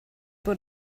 bod